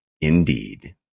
Indeed